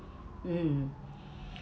mm